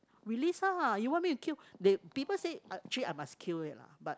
release lah you want me to kill the people said I actually I must kill it lah but